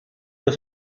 allo